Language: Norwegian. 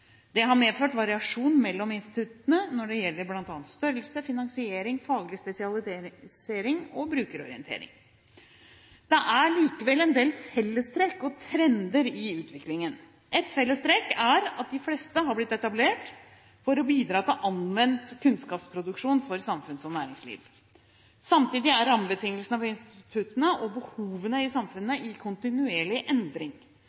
Det har medført variasjon mellom instituttene når det gjelder bl.a. størrelse, finansiering, faglig spesialisering og brukerorientering. Det er likevel en del fellestrekk og trender i utviklingen. Ett fellestrekk er at de fleste har blitt etablert for å bidra til anvendt kunnskapsproduksjon for samfunns- og næringsliv. Samtidig er rammebetingelsene for instituttene og behovene i samfunnet i kontinuerlig endring.